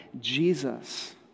Jesus